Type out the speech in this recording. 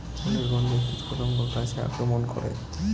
ফুলের গণ্ধে কীটপতঙ্গ গাছে আক্রমণ করে?